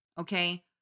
Okay